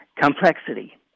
complexity